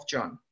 John